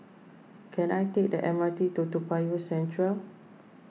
can I take the M R T to Toa Payoh Central